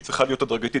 שצריכה להיות הדרגתית